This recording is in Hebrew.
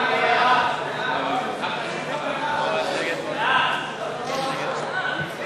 ההסתייגויות של קבוצת סיעת חד"ש